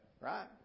Right